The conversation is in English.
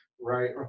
right